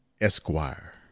Esquire